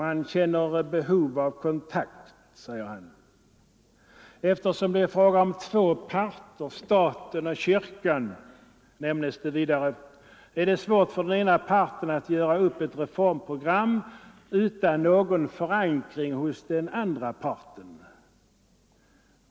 Vi känner behov-av kontakt, säger han och fortsätter: ”Eftersom det är fråga om två parter — staten och kyrkan — är det svårt för den ena parten att göra upp ett reformprogram utan någon förankring hos den andra parten.